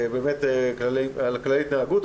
לגבי כללי ההתנהגות.